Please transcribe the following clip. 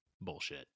Bullshit